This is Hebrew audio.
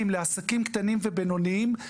לעסקים קטנים ובינוניים בלי שום התראה.